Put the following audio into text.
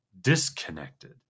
disconnected